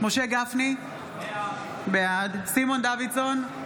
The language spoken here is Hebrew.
משה גפני, בעד סימון דוידסון,